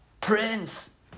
Prince